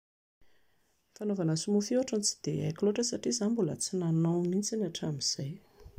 Ny fanaovana smoothie ohatran'ny tsy dia haiko loatra satria izaho mbola tsy nanao mihintsy hatramin'izay